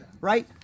right